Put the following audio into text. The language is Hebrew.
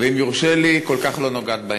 ואם יורשה לי, כל כך לא נוגעת בעניין.